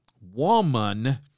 woman